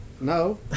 No